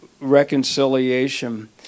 reconciliation